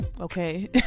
Okay